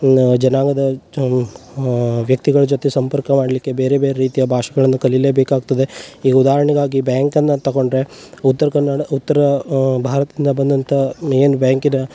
ಜನಾಂಗದ ವ್ಯಕ್ತಿಗಳ ಜೊತೆ ಸಂಪರ್ಕ ಮಾಡಲಿಕ್ಕೆ ಬೇರೆ ಬೇರೆ ರೀತಿಯ ಭಾಷೆಗಳನ್ನು ಕಲೀಲೇ ಬೇಕಾಗ್ತದೆ ಈಗ ಉದಾಹರಣೆಗಾಗಿ ಬ್ಯಾಂಕನ್ನು ತಗೊಂಡರೆ ಉತ್ರ ಕನ್ನಡ ಉತ್ತರ ಭಾರತದಿಂದ ಬಂದಂಥ ಮೇನ್ ಬ್ಯಾಂಕಿನ